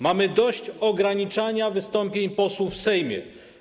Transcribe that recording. Mamy dość ograniczania wystąpień posłów w Sejmie.